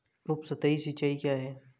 उपसतही सिंचाई क्या है?